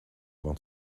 want